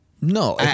no